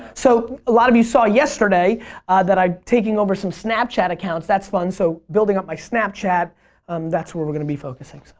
so a lot of you saw yesterday that i'm taking over some snapchat accounts. that's fun so building up my snapchat um that's were were going to be focusing.